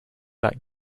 back